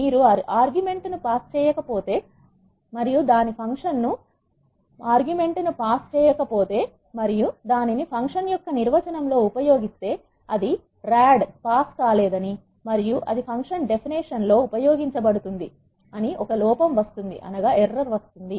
మీరు ఆర్గ్యుమెంట్ ను పాస్ చేయకపోతే మరియు దానిని ఫంక్షన్ యొక్క నిర్వచనం లో ఉపయోగిస్తే అది rad పాస్ కాలే దని మరియు అది ఫంక్షన్ డెఫినిషన్ function definitionలో ఉపయోగించబడుతుంది అని ఒక లోపం వస్తుంది